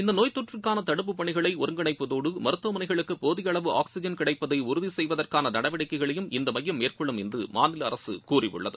இந்த நோய் தொற்றுக்கான தடுப்புப் பணிகளை ஒருங்கிணைப்பதோடு மருத்துவமனைகளுக்கு போதிய அளவு ஆக்சிஜன் கிடைப்பதை உறுதி செய்வதற்கான நடவடிக்கைகளையும் இந்த எமயம் மேற்கொள்ளும் என்று மாநில அரசு கூறியுள்ளது